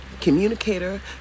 communicator